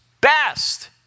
best